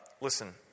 Listen